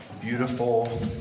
beautiful